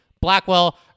Blackwell